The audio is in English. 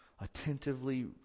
attentively